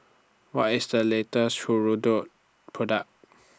What IS The latest Hirudoid Product